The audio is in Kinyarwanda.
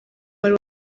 wari